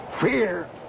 Fear